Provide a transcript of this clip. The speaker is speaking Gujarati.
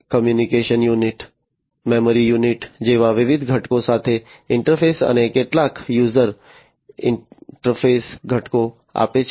કોમ્યુનિકેશન યુનિટ મેમરી યુનિટ જેવા વિવિધ ઘટકો સાથે ઈન્ટરફેસ અને કેટલાક યુઝર ઈન્ટરફેસ ઘટકો આપે છે